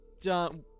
done